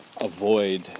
avoid